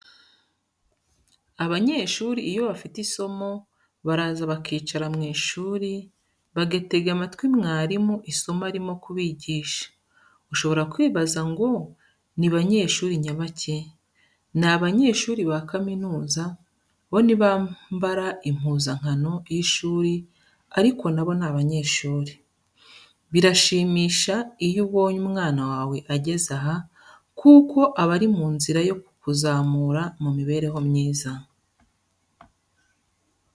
Abanyeshuri iyo bafite isomo, baraza bakicara mu ishuri bagatega amatwi mwarimu isomo arimo kubigisha, ushobora kwibaza ngo ni abanyeshuri nyabaki? Ni abanyeshuri ba kaminuza bo ntibambara impuzankano y'ishuri ariko na bo ni abanyeshuri. Birashimisha iyo ubonye umwana wawe ageze aha kuko aba ari mu nzira yo kukuzamura mu mibereho myiza.